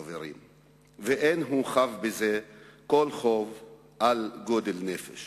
חברים/ ואין הוא חב בזה כל חוב על גודל נפש/